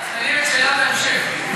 זה יהיה בשאלת המשך.